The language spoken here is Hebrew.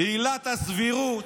עילת הסבירות,